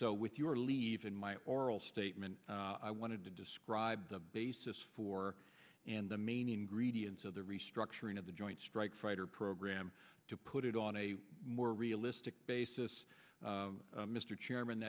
so with your leave in my oral statement i wanted to describe the basis for and the main ingredients of the restructuring of the joint strike fighter program to put it on a more realistic basis mr chairman